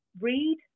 read